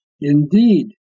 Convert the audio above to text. Indeed